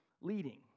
leading